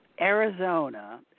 Arizona